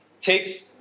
takes